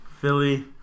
Philly